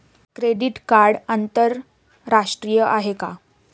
Credit card आंतरराष्ट्रीय आहे का?